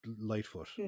Lightfoot